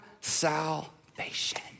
salvation